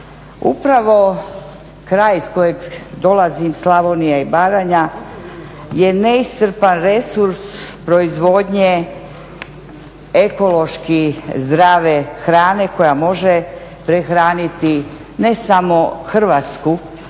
Upravo kraj iz kojeg dolazim, Slavonija i Baranja je neiscrpan resurs proizvodnje ekološki zdrave hrane koja može prehraniti ne samo Hrvatsku